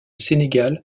sénégal